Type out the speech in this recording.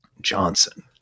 Johnson